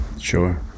Sure